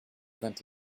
vingt